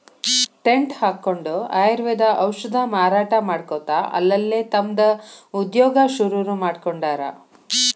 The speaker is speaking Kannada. ಟೆನ್ಟ್ ಹಕ್ಕೊಂಡ್ ಆಯುರ್ವೇದ ಔಷಧ ಮಾರಾಟಾ ಮಾಡ್ಕೊತ ಅಲ್ಲಲ್ಲೇ ತಮ್ದ ಉದ್ಯೋಗಾ ಶುರುರುಮಾಡ್ಕೊಂಡಾರ್